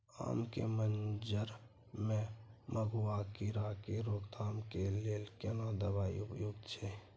आम के मंजर में मधुआ कीरा के रोकथाम के लेल केना दवाई उपयुक्त छै?